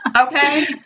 Okay